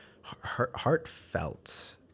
heartfelt